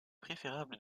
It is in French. préférable